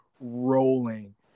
rolling